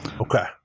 Okay